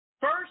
First